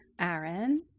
Aaron